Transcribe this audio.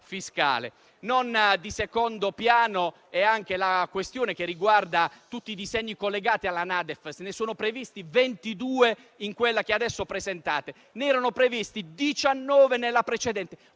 fiscale. Non di secondo piano è la questione che riguarda tutti i disegni di legge collegati alla NADEF: ne sono previsti 22 nella Nota che adesso presentate; ne erano previsti 19 nella precedente.